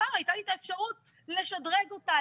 פעם הייתה לי האפשרות לשדרג אותה,